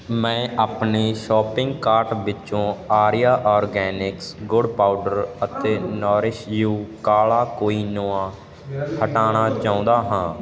ਮੈਂ ਆਪਣੇ shopping cart ਵਿੱਚੋਂ ਆਰਿਆ ਓਰਗੈਨਿਕਸ ਗੁੜ ਪਾਊਡਰ ਅਤੇ ਨੋਰਿਸ਼ ਯੂ ਕਾਲਾ ਕੋਈਨੂਆ ਹਟਾਉਣਾ ਚਾਹੁੰਦਾ ਹਾਂ